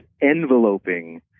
enveloping